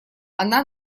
она